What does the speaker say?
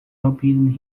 opinion